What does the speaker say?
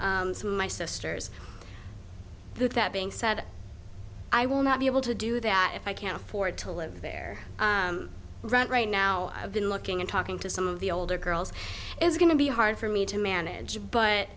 my sisters through that being said i will not be able to do that if i can't afford to live there right now i've been looking and talking to some of the older girls is going to be hard for me to manage but